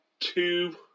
two